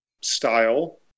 style